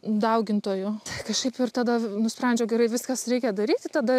daugintojų kažkaip ir tada v nusprendžiau gerai viskas reikia daryti tada